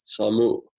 Samu